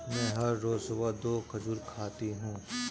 मैं हर रोज सुबह दो खजूर खाती हूँ